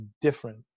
different